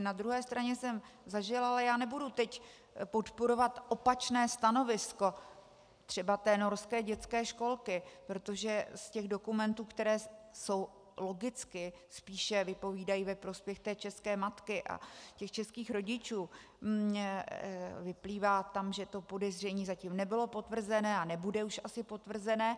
Na druhé straně jsem zažila ale já nebudu teď podporovat opačné stanovisko třeba té norské dětské školky, protože z těch dokumentů, které logicky spíše vypovídají ve prospěch té české matky a českých rodičů, vyplývá, že to podezření zatím nebylo potvrzeno a nebude už asi potvrzeno.